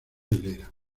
hilera